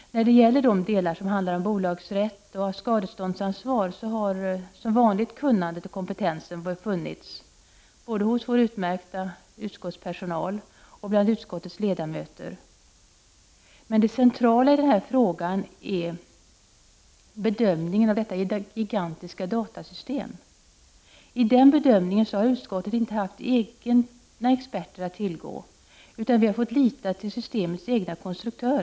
När det gäller de delar som handlar om bolagsrätt och skadeståndsansvar så har som vanligt kunnandet och kompetensen funnits hos både vår utmärkta utskottspersonal och bland utskottets ledamöter, men det centrala i den här frågan är bedömningen av detta gigantiska datasystem. I den bedömningen har utskottet inte haft till gång till egna experter, utan vi har fått lita till systemets egna konstruktörer. — Prot.